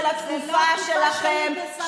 של התקופה שלכם,